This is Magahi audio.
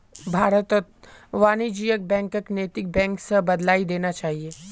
भारतत वाणिज्यिक बैंकक नैतिक बैंक स बदलइ देना चाहिए